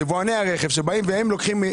כשאת באה ל"טסלה",